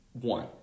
one